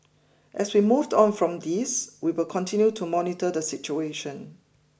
as we moved on from this we will continue to monitor the situation